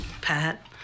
Pat